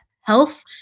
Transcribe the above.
health